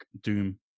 doom